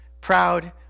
Proud